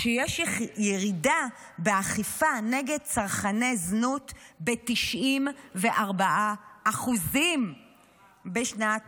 שיש ירידה באכיפה נגד צרכני זנות ב-94% בשנת